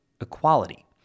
equality